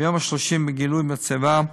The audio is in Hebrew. ביום השלושים, בגילוי המצבה,